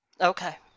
Okay